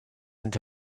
into